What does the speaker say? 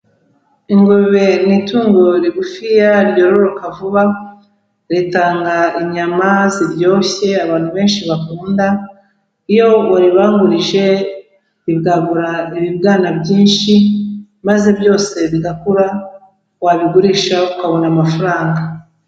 Ingurube ni itungo rigufi ryororoka vuba, ritanga inyama ziryoshye abantu benshi bakunda, iyo uribangurije ribwagura ibibwana byinshi, maze byose bigakura, wabigurisha ukabona amafaranga.